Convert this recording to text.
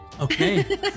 Okay